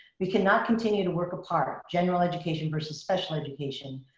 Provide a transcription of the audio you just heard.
we cannot continue to work apart, general education versus special education,